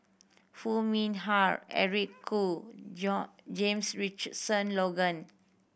Foo Mee Har Eric Khoo John James Richardson Logan